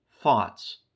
thoughts